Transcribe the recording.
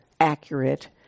accurate